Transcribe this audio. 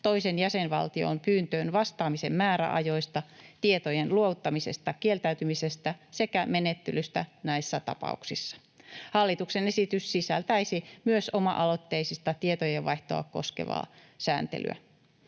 toisen jäsenvaltion pyyntöön vastaamisen määräajoista, tietojen luovuttamisesta kieltäytymisestä sekä menettelystä näissä tapauksissa. Hallituksen esitys sisältäisi myös oma-aloitteista tietojenvaihtoa koskevaa sääntelyä.